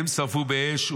מהם שרפו באש,